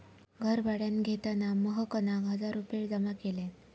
घर भाड्यान घेताना महकना हजार रुपये जमा केल्यान